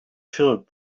filled